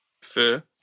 Fair